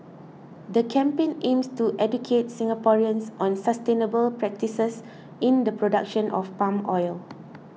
the campaign aims to educate Singaporeans on sustainable practices in the production of palm oil